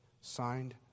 Signed